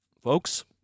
folks